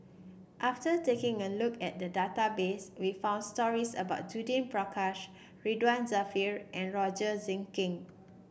after taking a look at the database we found stories about Judith Prakash Ridzwan Dzafir and Roger Jenkins